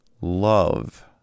love